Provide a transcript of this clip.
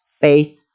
faith